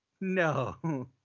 No